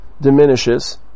diminishes